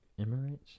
Emirates